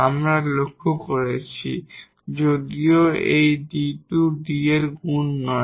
আমরা লক্ষ্য করি যদিও এই 𝐷 2 d এর গুণ নয়